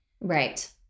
right